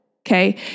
Okay